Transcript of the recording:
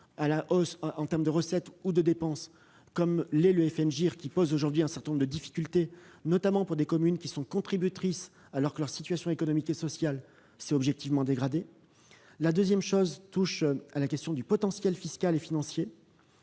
à la hausse en termes de recettes ou de dépenses. Le fait que le FNGIR le soit pose aujourd'hui un certain nombre de difficultés, notamment pour des communes qui sont contributrices alors que leur situation économique et sociale s'est objectivement dégradée. Nous savons d'expérience que le potentiel fiscal des